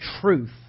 truth